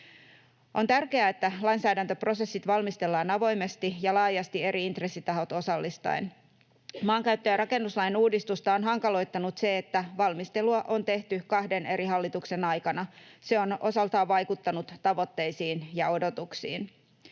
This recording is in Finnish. On tärkeää, että lainsäädäntöprosessit valmistellaan avoimesti ja laajasti eri intressitahot osallistaen. Maankäyttö- ja rakennuslain uudistusta on hankaloittanut se, että valmistelua on tehty kahden eri hallituksen aikana. Se on osaltaan vaikuttanut tavoitteisiin ja odotuksiin.